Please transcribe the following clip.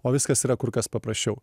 o viskas yra kur kas paprasčiau